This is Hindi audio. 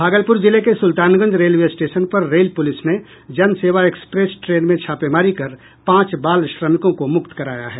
भागलपुर जिले के सुल्तानगंज रेलवे स्टेशन पर रेल पुलिस ने जनसेवा एक्सप्रेस ट्रेन में छापेमारी कर पांच बाल श्रमिकों को मुक्त कराया है